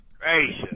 Gracious